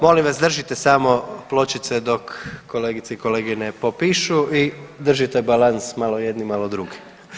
Molim vas držite samo pločice dok kolegice i kolege ne popišu i držite balans malo jedni, malo drugi.